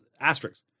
asterisks